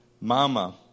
Mama